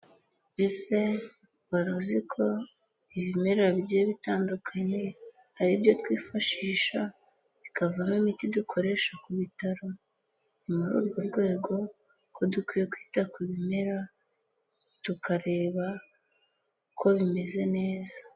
Ese wari uzi ko ibimera bigiye bitandukanye ari byo twifashisha, bikavamo imiti dukoresha ku bitaro? Ni muri urwo rwego ko dukwiye kwita ku bimera, tukareba ko bimeze neza.